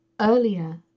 earlier